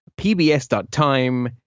pbs.time